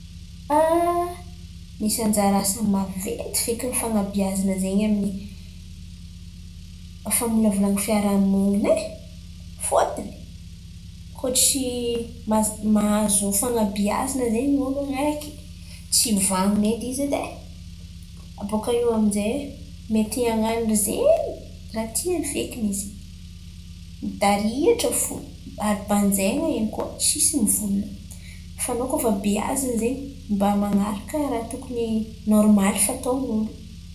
Misy anjara asany maventy feky fan̈abeazan̈a zen̈y amin'ny famolavolan̈a fiaraha-mon̈iny e. Fôtony kôa tsy mahazo fan̈abeazan̈a zen̈y olo araiky, tsy van̈ona edy izy edy e. Abôkà eo amin'izay mety han̈ano zen̈y ràha tiany fekiny izy, midarihatra fo ary banjain̈a eny koà, tsisy mivolan̈a. Fa anao kôa efa beazina zen̈y mba man̈araka ràha tokony nôrmaly fataon'olo.